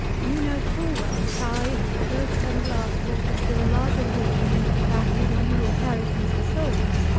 you know full well, that i, who first and last brought a still larger fortune into the family than you will carry to mr. solmes,